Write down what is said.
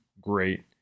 great